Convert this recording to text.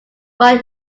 why